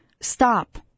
Stop